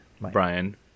Brian